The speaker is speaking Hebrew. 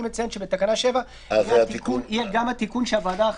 מציין שבתקנה 7 יש גם התיקון של הוועדה,